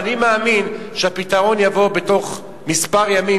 ואני מאמין שהפתרון יבוא בתוך כמה ימים,